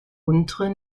untere